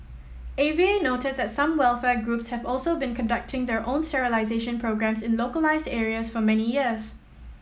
A V A noted that some welfare groups have also been conducting their own sterilization programmes in localised areas for many years